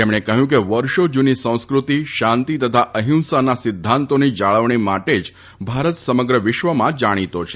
તેમણે કહ્યું કે વર્ષો જ્રની સંસ્કૃતિ શાંતિ તથા અફિંસાના સિદ્ધાંતોની જાળવણી માટે જ ભારત સમગ્ર વિશ્વમાં જાણીતો છે